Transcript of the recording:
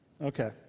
Okay